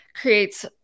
creates